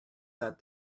that